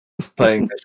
playing